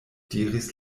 diris